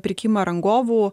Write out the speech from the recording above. pirkimą rangovų